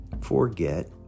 forget